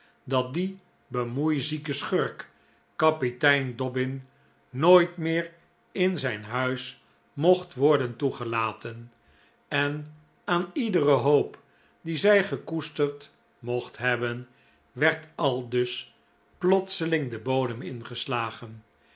dat die bemoeizieke schurk kapitein dobbin nooit meer in zijn huis mocht worden toegelaten en aan iedere hoop die zij gekoesterd mocht hebben werd aldus plotseling de bodem ingeslagen